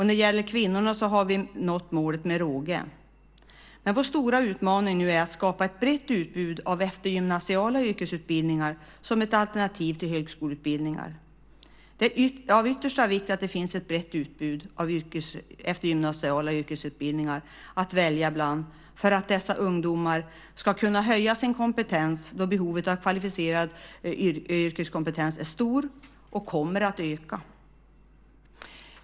När det gäller kvinnorna har vi nått målet med råge. Vår stora utmaning nu är att skapa ett brett utbud av eftergymnasiala yrkesutbildningar som ett alternativ till högskoleutbildningar. Det är av yttersta vikt att det finns ett brett utbud av eftergymnasiala yrkesutbildningar att välja mellan för att dessa ungdomar ska kunna höja sin kompetens då behovet av kvalificerad yrkeskompetens är stort och kommer att öka.